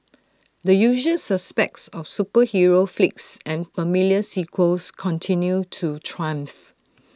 the usual suspects of superhero flicks and familiar sequels continued to triumph